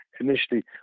initially